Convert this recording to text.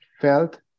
felt